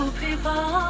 people